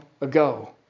ago